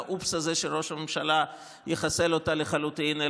האופס הזה של ראש הממשלה יחסל אותה לחלוטין,